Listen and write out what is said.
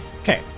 okay